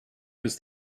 was